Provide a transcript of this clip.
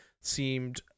seemed